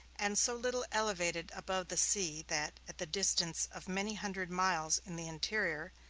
and so little elevated above the sea, that, at the distance of many hundred miles in the interior,